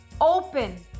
open